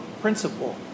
principle